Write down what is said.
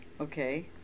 Okay